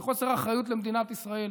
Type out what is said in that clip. זה חוסר אחריות למדינת ישראל.